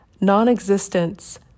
Non-existence